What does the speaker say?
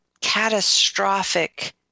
catastrophic